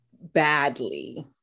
badly